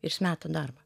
ir jis meta darbą